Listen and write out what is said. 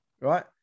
right